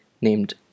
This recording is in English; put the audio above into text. named